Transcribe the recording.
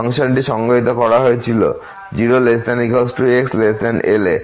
ফাংশনটিতে সংজ্ঞায়িত করা হয়েছিল 0≤x Lএ